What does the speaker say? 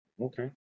okay